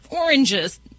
oranges